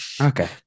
Okay